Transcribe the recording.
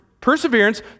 perseverance